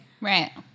Right